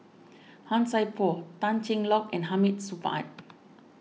Han Sai Por Tan Cheng Lock and Hamid Supaat